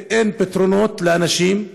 ואין פתרונות לאנשים.